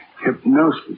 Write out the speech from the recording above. Hypnosis